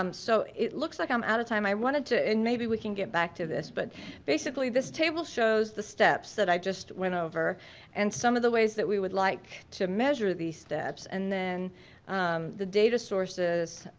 um so it looks like i'm out of time, i wanted to, and maybe we can get back to this but basically this table shows the steps that i just went over and some of the ways that we would like to measure these steps and then um the data sources